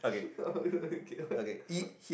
okay what